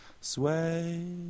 sway